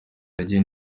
nagiye